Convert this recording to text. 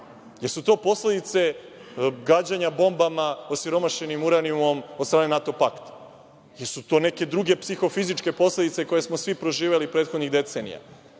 Jesu to posledice gađanja bombama osiromašenim uranijom od strane NATO pakta? Jesu li to neke druge psihofizičke posledice koje smo svi preživeli prethodnih decenija?